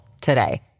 today